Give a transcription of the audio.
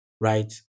right